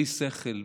בלי שכל,